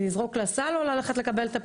כי לזרוק לסל או ללכת לקבל את הפיקדון?